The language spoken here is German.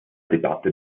debatte